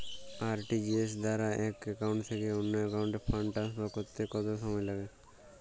RTGS দ্বারা এক account থেকে অন্য একাউন্টে ফান্ড ট্রান্সফার করতে কত সময় লাগে?